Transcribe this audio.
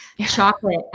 chocolate